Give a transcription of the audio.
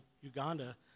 Uganda